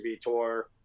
tour